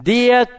Dear